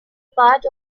part